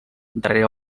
darrere